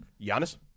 Giannis